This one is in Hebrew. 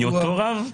מאותו רב?